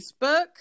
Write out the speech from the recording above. Facebook